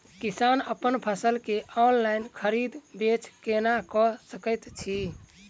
किसान अप्पन फसल केँ ऑनलाइन खरीदै बेच केना कऽ सकैत अछि?